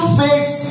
face